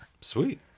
sweet